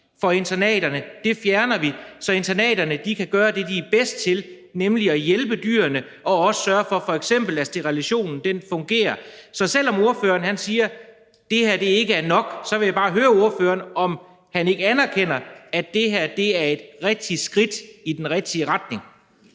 for internaterne bliver fjernet, så internaterne kan gøre det, de er bedst til, nemlig at hjælpe dyrene og f.eks. også sørge for, at sterilisationen fungerer. Så selv om ordføreren siger, at det her ikke er nok, vil jeg bare høre ordføreren, om han ikke anerkender, at det her er et rigtigt skridt i den rigtige retning.